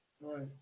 Right